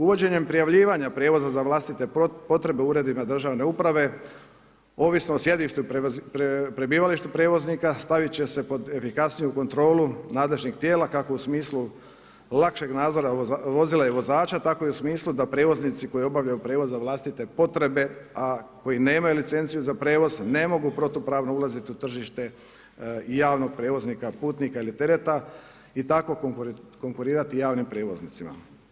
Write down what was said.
Uvođenjem prijavljivanja prijevoza za vlastite potrebe uredima državne uprave, ovisno o sjedištu i prebivalištu prijevoznika, stavit će se pod efikasniju kontrolu nadležnih tijela kako u smislu lakšeg nadzora vozila i vozača tako i u smislu da prijevoznici koji obavljaju prijevoz za vlastite potrebe, a koji nemaju licenciju za prijevoz, ne mogu protupravno ulaziti u tržište javnog prijevoznika, putnika ili tereta i tako konkurirati javnim prijevoznicima.